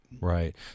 Right